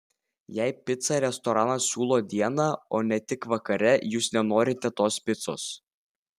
jei picą restoranas siūlo dieną o ne tik vakare jūs nenorite tos picos